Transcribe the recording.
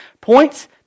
points